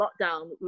lockdown